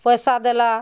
ପଇସା ଦେଲା